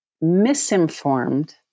misinformed